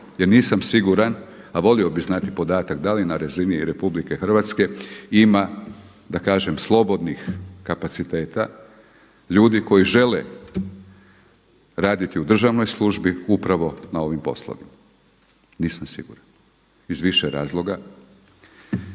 jer nisam siguran a volio bih znati podatak da li na razini RH ima da kažem slobodnih kapaciteta, ljudi koji žele raditi u državnoj službi upravo na ovim poslovima, nisam siguran iz više razloga.